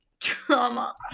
drama